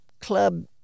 club